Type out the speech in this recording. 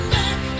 back